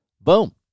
Boom